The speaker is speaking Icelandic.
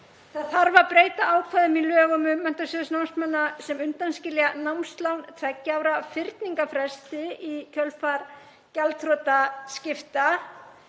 Það þarf að breyta ákvæðum í lögum um Menntasjóð námsmanna sem undanskilja námslán á tveggja ára fyrningarfresti í kjölfar gjaldþrotaskipta.